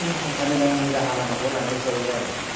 हान्था मेलानि राहा लामाखौ लानाय जायो आरो